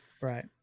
right